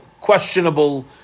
questionable